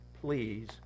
please